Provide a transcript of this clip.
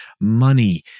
money